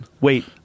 Wait